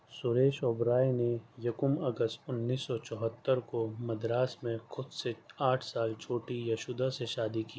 سریش اوبرائے نے یکم اگست انیس سو چوہتر کو مدراس میں خود سے آٹھ سال چھوٹی یشودا سے شادی کی